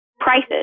prices